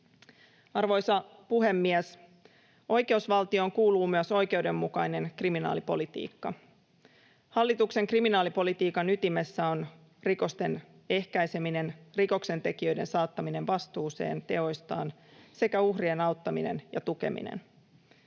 Arvoisa puhemies! Oikeusvaltioon kuuluu myös oikeudenmukainen kriminaalipolitiikka. Hallituksen kriminaalipolitiikan ytimessä on rikosten ehkäiseminen, rikoksentekijöiden saattaminen vastuuseen teoistaan sekä uhrien auttaminen ja tukeminen.